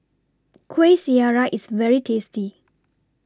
Kuih Syara IS very tasty